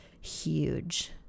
huge